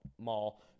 Mall